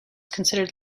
considered